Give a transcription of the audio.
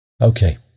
Okay